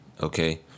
okay